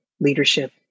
leadership